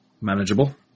manageable